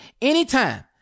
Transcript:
anytime